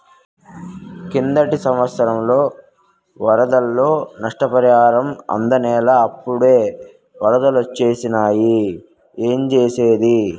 కిందటి సంవత్సరం వరదల్లో నష్టపరిహారం అందనేలా, అప్పుడే ఒరదలొచ్చేసినాయి ఏంజేసేది